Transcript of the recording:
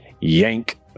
yank